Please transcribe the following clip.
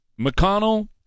McConnell